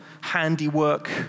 handiwork